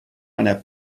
einer